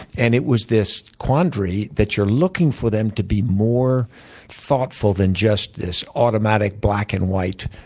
and it was this quandary that you're looking for them to be more thoughtful than just this automatic black and white,